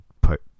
put